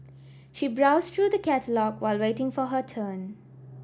she browsed through the catalogue while waiting for her turn